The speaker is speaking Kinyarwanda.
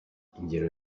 ingero